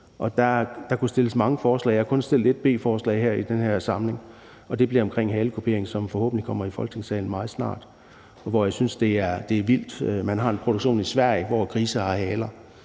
der kunne fremsættes mange forslag. Jeg har kun fremsat ét beslutningsforslag her i den her samling, og det er om halekupering, hvilket forhåbentlig kommer i Folketingssalen meget snart. Jeg synes, det er vildt: Man har en produktion i Sverige, hvor grise har haler.